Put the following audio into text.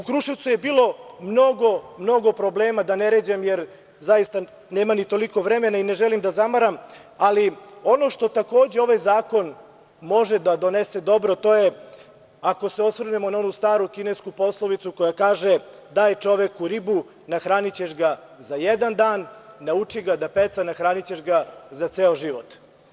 U Kruševcu je bilo mnogo problema, da ne ređam jer nema toliko vremena i ne želim da zamaram, ali ono što takođe ovaj zakon može da donese dobro to je da ako se osvrnemo na onu staru kinesku poslovicu koja kaže – daj čoveku ribu nahranićeš ga za jedan dan, nauči ga da peca nahranićeš ga za ceo život.